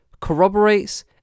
corroborates